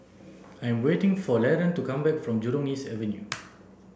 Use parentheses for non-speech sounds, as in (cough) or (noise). I'm waiting for Laron to come back from Jurong East Avenue (noise)